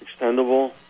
extendable